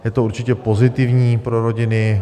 Je to určitě pozitivní pro rodiny.